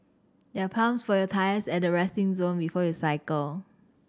there are pumps for your tyres at the resting zone before you cycle